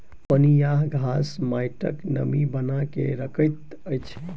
पनियाह घास माइटक नमी बना के रखैत अछि